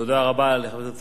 חבר הכנסת אריה אלדד,